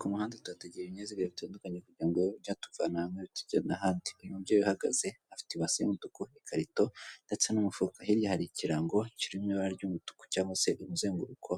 Ku muhanda tuhategera ibinyaziga bitandukanye kugira ngo bibe byatuvana hamwe bitujyane ahandi. Uyu mubyeyi uhagaze afite ibasi y'umutuku n'ikarito ndetse n'umufuka. Hirya hari ikirango kiri mu ibara ry'umutuku cyangwa se umuzenguruko